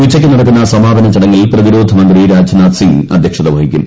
ഉച്ചയ്ക്ക് നടക്കുന്ന സമാപന ചടങ്ങിൽ പ്രതിരോധമന്ത്രി രാജ്നാഥ് സിംഗ് അധ്യക്ഷത വഹിക്കും